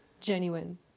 genuine